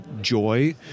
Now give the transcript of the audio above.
joy